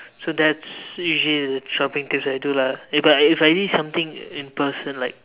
so that's usually the shopping tip I do lah eh but if if I need something in person like